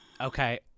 okay